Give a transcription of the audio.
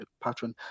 pattern